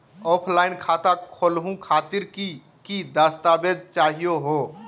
Offline खाता खोलहु खातिर की की दस्तावेज चाहीयो हो?